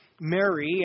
Mary